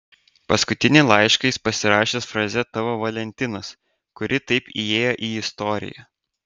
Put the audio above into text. paskutinį laišką jis pasirašęs fraze tavo valentinas kuri taip įėjo į istoriją